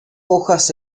hojas